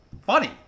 funny